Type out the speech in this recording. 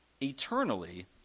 eternally